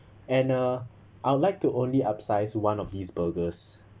and uh I would like to only upsize one of these burgers